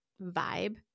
vibe